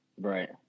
Right